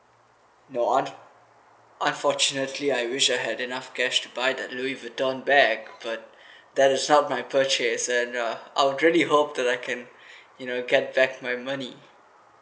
no un~ unfortunately I wish I had enough cash buy the louis vuitton bag but that is not my purchase and uh I'll really hope that I can you know get back my money